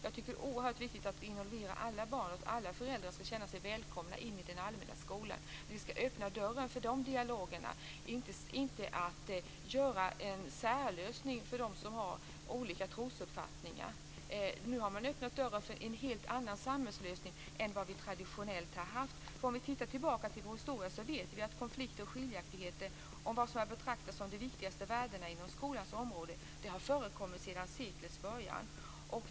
Jag tycker att det är oerhört viktigt att vi involverar alla barn och att alla föräldrar ska känna sig välkomna i den allmänna skolan. Vi ska öppna dörren för de dialogerna, inte göra en särlösning för dem som har olika trosuppfattningar. Nu har man öppnat dörren för en helt annan samhällslösning än vad vi traditionellt har haft. Om vi ser tillbaka på vår historia finner vi att konflikter och skiljaktigheter om vad som är att betrakta som de viktigaste värdena inom skolans område har förekommit sedan det förra seklets början.